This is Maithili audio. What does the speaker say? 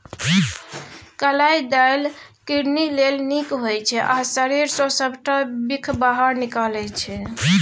कलाइ दालि किडनी लेल नीक होइ छै आ शरीर सँ सबटा बिख बाहर निकालै छै